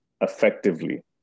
effectively